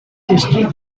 history